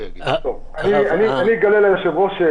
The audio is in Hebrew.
אני אגלה ליושב-ראש.